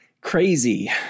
crazy